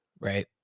Right